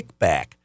kickback